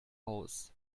aus